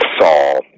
Saul